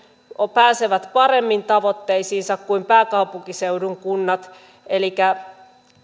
pääsevät paremmin tavoitteisiinsa kuin pääkaupunkiseudun kunnat elikkä